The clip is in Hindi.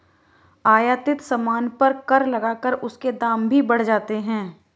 आयातित सामान पर कर लगाकर उसके दाम भी बढ़ जाते हैं